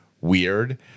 weird